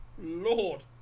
Lord